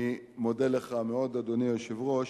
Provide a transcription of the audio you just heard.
אני מודה לך מאוד, אדוני היושב-ראש.